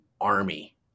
army